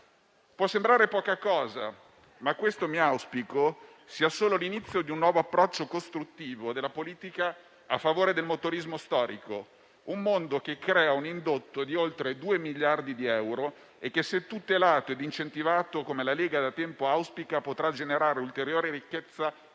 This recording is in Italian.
Può sembrare poca cosa, ma auspico che questo sia solo l'inizio di un nuovo approccio costruttivo della politica a favore del motorismo storico, un mondo che crea un indotto di oltre due miliardi di euro e che, se tutelato e incentivato come la Lega da tempo auspica, potrà generare ulteriore ricchezza e